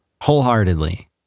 wholeheartedly